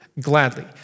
gladly